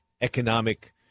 economic